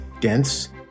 dense